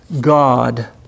God